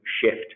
shift